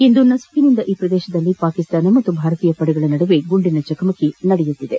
ಇಂದು ನಸುಕಿನಿಂದ ಈ ಪ್ರದೇಶದಲ್ಲಿ ಪಾಕ್ ಮತ್ತು ಭಾರತೀಯ ಪಡೆಗಳ ನಡುವೆ ಗುಂಡಿನ ಚಕಮಕಿ ನಡೆಯುತ್ತಿದೆ